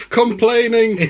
complaining